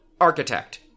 architect